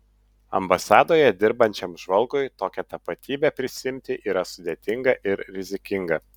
ambasadoje dirbančiam žvalgui tokią tapatybę prisiimti yra sudėtinga ir rizikinga